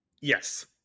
Yes